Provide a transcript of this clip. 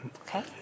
Okay